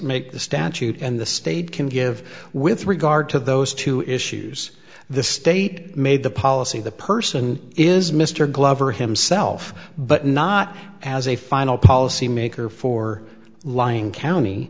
make the statute and the state can give with regard to those two issues the state made the policy the person is mr glover himself but not as a final policy maker for lying county